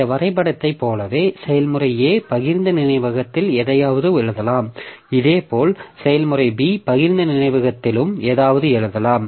இந்த வரைபடத்தைப் போலவே செயல்முறை A பகிர்ந்த நினைவகத்தில் எதையாவது எழுதலாம் இதேபோல் செயல்முறை B பகிர்ந்த நினைவகத்திலும் ஏதாவது எழுதலாம்